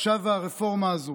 עכשיו הרפורמה הזאת